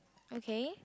okay